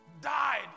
died